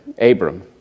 Abram